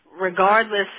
regardless